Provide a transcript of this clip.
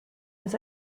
his